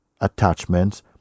attachments